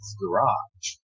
garage